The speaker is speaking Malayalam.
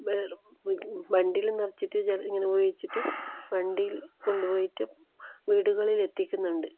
വെള്ളം വണ്ടിയിൽ നിറഞ്ഞിട്ട് ജലം ഇങ്ങനെ ഉപയോഗിച്ചിട്ട് വണ്ടീല് കൊണ്ടുപോയിട്ട് വീടുകളിൽ എത്തിക്കുന്നുണ്ട്